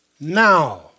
now